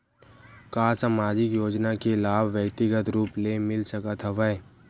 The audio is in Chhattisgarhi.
का सामाजिक योजना के लाभ व्यक्तिगत रूप ले मिल सकत हवय?